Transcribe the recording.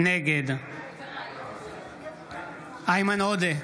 נגד איימן עודה,